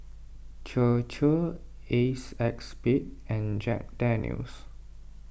Chir Chir Acexspade and Jack Daniel's